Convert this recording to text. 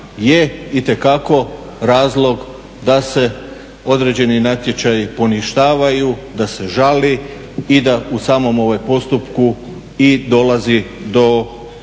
je itekako razlog da se određeni natječaji poništavaju, da se žali i da u samom postupku i dolazi do